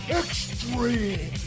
extreme